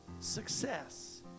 Success